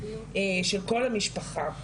של כל המשפחה,